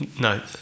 No